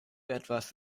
etwas